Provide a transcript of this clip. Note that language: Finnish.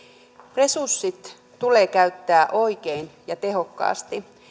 resurssit tulee käyttää oikein ja tehokkaasti